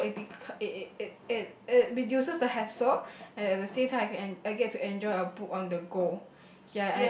so it be it it it it it reduces the hassle and at the same time I can I get to enjoy a book on the go